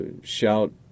shout